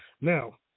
Now